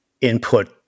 input